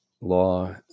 law